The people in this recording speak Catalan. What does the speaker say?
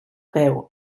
peu